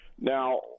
now